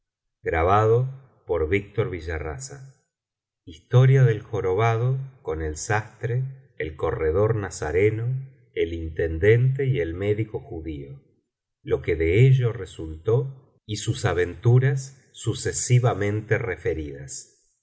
biblioteca valenciana generalitat valenciana m historia del jorobado con el sastre el corredor nazareno el intendente y el médico judío lo pe de ello resulto v sus aueníuras sucesivamente referidas